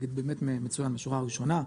תאגיד מצוין מהשורה ראשונה,